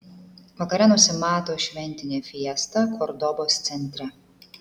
vakare nusimato šventinė fiesta kordobos centre